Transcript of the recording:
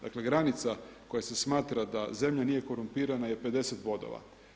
Dakle, granica koja se smatra da zemlja nije korumpirana je 50 bodova.